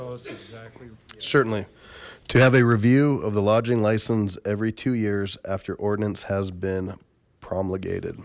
on certainly to have a review of the lodging license every two years after ordinance has been promulgated